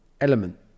element